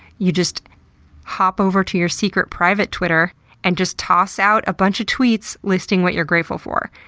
you just hop over to your secret, private, twitter and just toss out a bunch of tweets, listing what you're grateful for.